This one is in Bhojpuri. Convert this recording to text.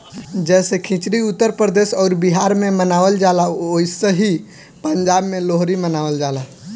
जैसे खिचड़ी उत्तर प्रदेश अउर बिहार मे मनावल जाला ओसही पंजाब मे लोहरी मनावल जाला